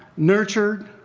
nurtured,